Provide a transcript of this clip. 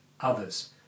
others